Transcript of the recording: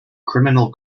criminal